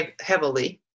heavily